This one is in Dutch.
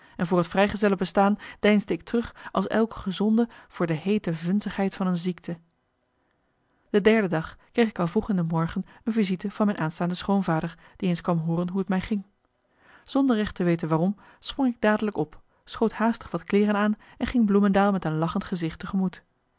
en voor het vrijgezellen bestaan deinsde ik terug als elke gezonde voor de heete vunzigheid van een ziekte de derde dag kreeg ik al vroeg in de morgen een visite van mijn aanstaande schoonvader die eens kwam hooren hoe t mij ging zonder recht te weten waarom sprong ik dadelijk marcellus emants een nagelaten bekentenis op schoot haastig wat kleeren aan en ging bloemendael met een lachend gezicht tegemoet